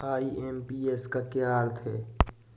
IMPS का क्या अर्थ है?